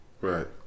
Right